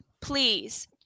please